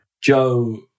Joe